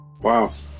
Wow